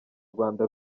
rwanda